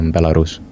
Belarus